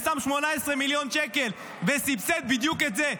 ושם 18 מיליון שקל וסבסד בדיוק את זה.